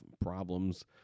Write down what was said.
problems